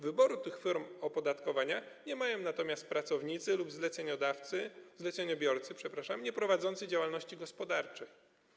Wyboru tych form opodatkowania nie mają natomiast pracownicy lub zleceniodawcy, zleceniobiorcy, przepraszam, nieprowadzący działalności gospodarczej.